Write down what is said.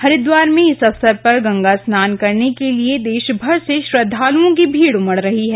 हरिद्वार में इस अवसर पर गंगा स्नान करने के लिए देशभर से श्रद्धालुओं की भीड़ उमड़ रही है